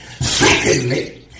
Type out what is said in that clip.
Secondly